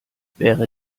wäre